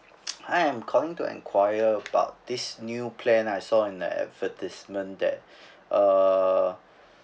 hi I'm calling to enquire about this new plan I saw on the advertisement that uh